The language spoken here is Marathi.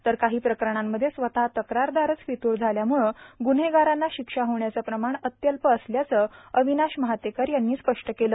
तर काही प्रकरणांमध्ये स्वतः तक्रारदारच फित्र झाल्यामुळं गुन्हेगारांना शिक्षा होण्याचे प्रमाण अत्यल्प असल्याचं अविनाश महातेकर यांनी स्पश्ट केलं